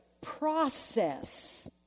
process